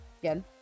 again